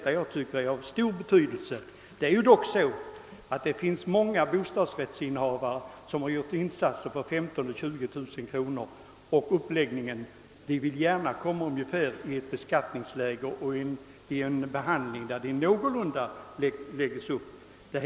Många bostadsrättshavare har dock betalat insatser på 15 000—20 000 kronor och de vill gärna i beskattningshänseende behandlas på någorlunda likartade sätt.